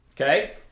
Okay